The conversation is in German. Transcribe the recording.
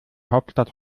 hauptstadt